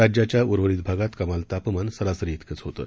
राज्याच्या उर्वरित भागात कमाल तापमान सरासरीइतकंच होतं